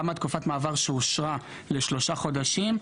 גם תקופת המעבר שאושרה לשלושה חודשים,